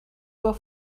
were